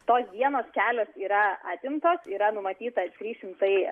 tos dienos kelios yra atimtos yra numatyta tris šimtai